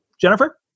Jennifer